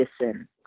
listen